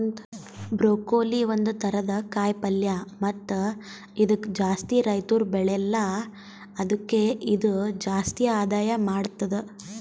broccoli ಒಂದ್ ಥರದ ಕಾಯಿ ಪಲ್ಯ ಮತ್ತ ಇದುಕ್ ಜಾಸ್ತಿ ರೈತುರ್ ಬೆಳೆಲ್ಲಾ ಆದುಕೆ ಇದು ಜಾಸ್ತಿ ಆದಾಯ ಮಾಡತ್ತುದ